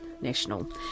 National